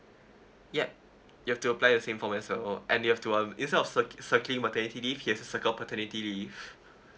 yup you've to apply the same for myself oh and you have to um it's not cir~ circly maternity leave it has a circle paternity leave